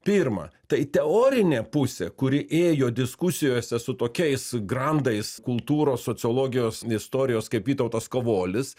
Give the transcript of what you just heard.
pirma tai teorinė pusė kuri ėjo diskusijose su tokiais grandais kultūros sociologijos istorijos kaip vytautas kavolis